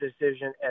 decision